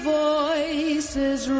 voices